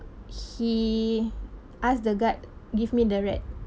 he ask the guard give me the rat